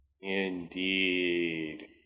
Indeed